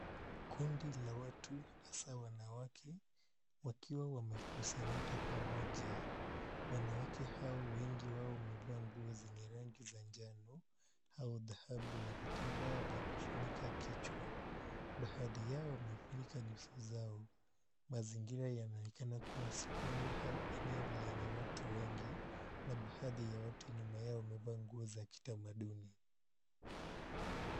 Kundi la watu hasa wanawake wakiwa wamekusanyika pamoja. Wanawake hao wengi wao wamevaa nguo zenye rangi za njano au dhahabu na vitambaa vya kufunika kichwa. Baadhi yao wamefunika nyuso zao. Mazingira yanaonekana kuwa sokoni au eneo lenye watu wengi na baadhi ya watu nyuma yao wamevaa nguo za kitamaduni.